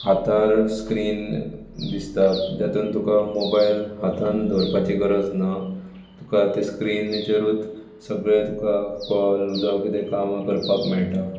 हातार स्क्रीन दिसता जातूंत तुका मोबायल हातांत दवरपाची गरज ना तुका ते स्क्रिनीचेरूच सगळें तुका कॉल जावं कितें कामां करपाक मेळटा